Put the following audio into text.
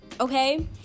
okay